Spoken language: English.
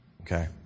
Okay